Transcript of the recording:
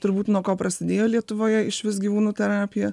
turbūt nuo ko prasidėjo lietuvoje išvis gyvūnų terapija